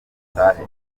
batahe